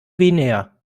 guinea